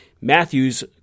Matthew's